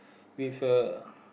with a